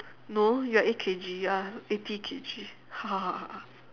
no you're eight K_G you are eighty K_G